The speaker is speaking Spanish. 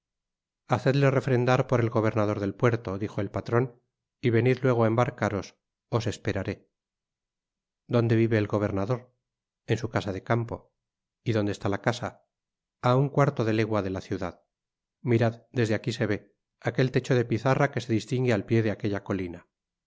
hacedle refrendar por el gobernador del puerto dijo el patron y venid tuego á embarcaros os esperaré dónde vive el gobernador en su casa de campo y dónde está la casa a un cuarto de legua de la ciudad mirad desde aqui se ve aquel techo de pizarra que se distingue al pié de aquella colina